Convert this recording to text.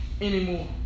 anymore